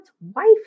wife